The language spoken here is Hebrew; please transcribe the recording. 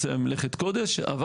עושה מלאכת קודש.